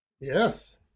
yes